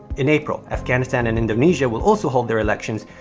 in april, afghanistan and indonesia will also hold their elections,